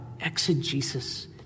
exegesis